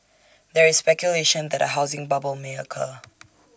there is speculation that A housing bubble may occur